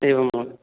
एवं वा